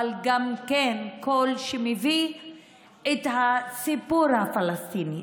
אבל גם קול שמביא את הסיפור הפלסטיני,